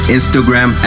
Instagram